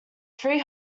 three